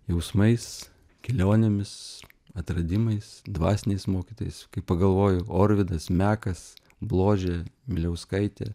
jausmais kelionėmis atradimais dvasiniais mokytojais kai pagalvoju orvidas mekas bložė miliauskaitė